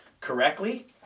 correctly